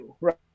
right